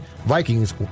Vikings